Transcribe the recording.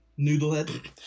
noodlehead